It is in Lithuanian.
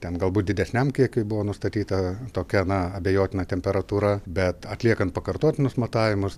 ten galbūt didesniam kiekiui buvo nustatyta tokia na abejotina temperatūra bet atliekant pakartotinus matavimus